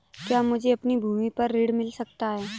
क्या मुझे अपनी भूमि पर ऋण मिल सकता है?